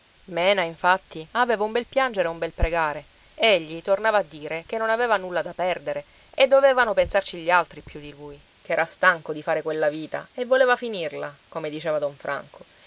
mena infatti aveva un bel piangere e un bel pregare egli tornava a dire che non aveva nulla da perdere e dovevano pensarci gli altri più di lui che era stanco di fare quella vita e voleva finirla come diceva don franco